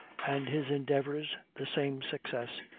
and his endeavors the same success,